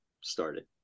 started